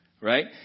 Right